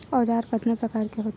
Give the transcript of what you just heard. औजार कतना प्रकार के होथे?